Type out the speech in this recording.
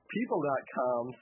People.com